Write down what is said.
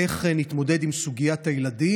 איך נתמודד עם סוגיית הילדים.